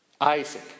Isaac